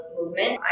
movement